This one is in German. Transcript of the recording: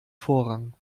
vorrang